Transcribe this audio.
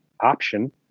option